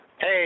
Hey